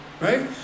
right